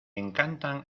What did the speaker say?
encantan